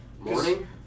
Morning